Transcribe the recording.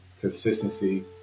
consistency